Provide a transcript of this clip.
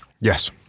Yes